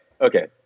okay